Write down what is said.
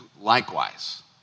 likewise